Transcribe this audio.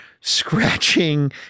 scratching